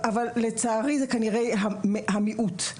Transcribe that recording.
לצערי זה כנראה המיעוט.